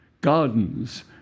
gardens